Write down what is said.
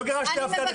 לא גירשתי אף גן אחד.